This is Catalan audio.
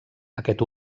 aquest